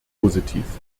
positiv